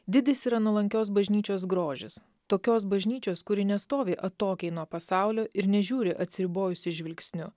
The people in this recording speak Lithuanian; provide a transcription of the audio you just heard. didis yra nuolankios bažnyčios grožis tokios bažnyčios kuri nestovi atokiai nuo pasaulio ir nežiūri atsiribojusi žvilgsniu